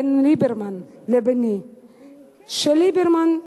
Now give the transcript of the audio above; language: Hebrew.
בין ליברמן לביני, שליברמן,